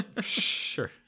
Sure